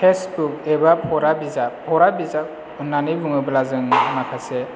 textbook एबा फरा बिजाब फरा बिजाब होननानै बुङोब्ला जों माखासे